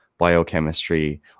biochemistry